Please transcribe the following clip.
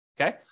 Okay